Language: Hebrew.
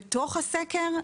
בתוך הסקר,